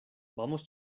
vamos